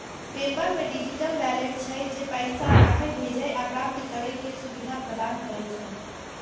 PayPal मे digital wallet छै, जे पैसा राखै, भेजै आ प्राप्त करै के सुविधा प्रदान करै छै